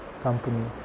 company